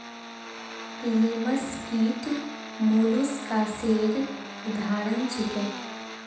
लिमस कीट मौलुसकासेर उदाहरण छीके